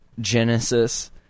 Genesis